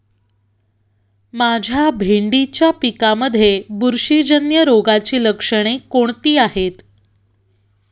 माझ्या भेंडीच्या पिकामध्ये बुरशीजन्य रोगाची लक्षणे कोणती आहेत?